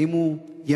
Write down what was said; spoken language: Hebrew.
האם הוא ימני,